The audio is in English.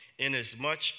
inasmuch